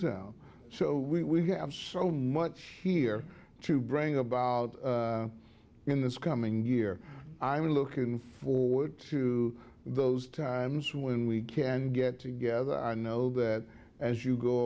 town so we have so much here to bring about in this coming year i'm looking forward to those times when we can get together i know that as you go